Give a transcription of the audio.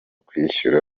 kwishyura